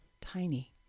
Tiny